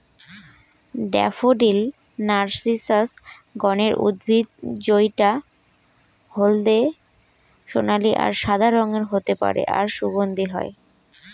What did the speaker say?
daffodil narcissus গণের উদ্ভিদ জউটা হলদে সোনালী আর সাদা রঙের হতে পারে আর সুগন্ধি হয়